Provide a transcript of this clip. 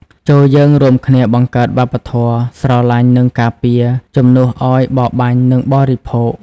ចូរយើងរួមគ្នាបង្កើតវប្បធម៌ "ស្រឡាញ់ និងការពារ" ជំនួសឱ្យ "បរបាញ់ និងបរិភោគ"។